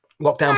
Lockdown